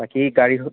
বাকী